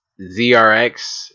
ZRX